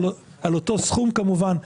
על אותו סכום כמובן.